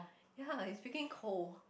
ya it's freaking cold